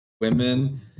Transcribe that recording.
women